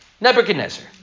Nebuchadnezzar